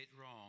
wrong